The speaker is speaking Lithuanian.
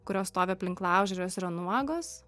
kurios stovi aplink laužą ir jos yra nuogos